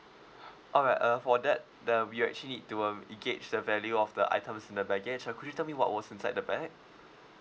alright uh for that the we'll actually do um it gauge the value of the items in the baggage uh could you tell me what was inside the bag